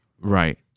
right